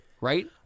Right